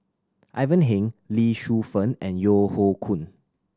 Ivan Heng Lee Shu Fen and Yeo Hoe Koon